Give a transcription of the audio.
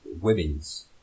Women's